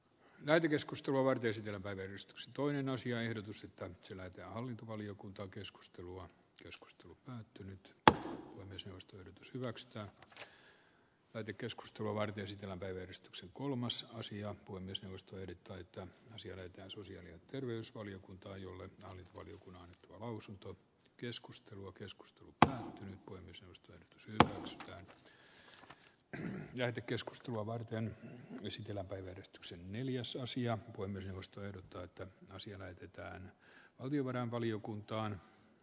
netin keskustelua kesken päivän stx toinen asia ehdotusta sillä että hallintovaliokunta keskustelua keskusta nyt myös jos tyydytys hyväksytä heti keskustelua varten sitä pöyristyksen kulmassa asia kuin myös jaosto ehdottaa että asia näyttää susien ja terveysvaliokunta ei ole nähnyt valiokunnan lausunto keskustelua keskusta mutta voi myös nousta lähelle sen jälkikeskustelua varten lisätilaa päivystyksen neljäsosia voi myös nousta ehdottaa että asia näytetään valtiovarainvaliokuntaan